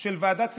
של ועדה ציבורית,